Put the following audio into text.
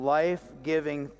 life-giving